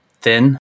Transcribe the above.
thin